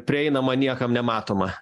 prieinama niekam nematoma